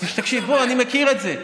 אני מכיר את זה,